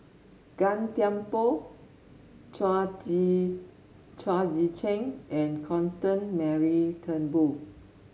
Gan Thiam Poh Chao Tzee Chao Tzee Cheng and Constance Mary Turnbull